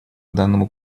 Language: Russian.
данному